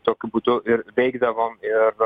tokiu būdu ir veikdavom ir